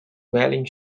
whaling